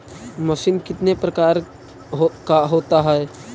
Machine कितने प्रकार का होता है?